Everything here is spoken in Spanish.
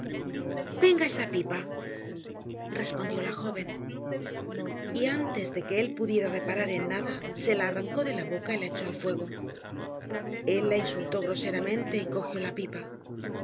venga esa pipa respondió la joven y antes de que él pudiera reparar en nada se la arrancó de la boca y la echó al fuego él la insultó groseramente y cogió la pipa